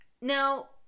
Now